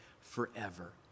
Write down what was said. Forever